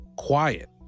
Quiet